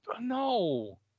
No